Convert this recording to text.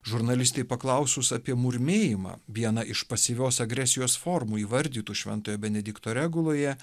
žurnalistei paklausus apie murmėjimą viena iš pasyvios agresijos formų įvardytų šventojo benedikto reguloje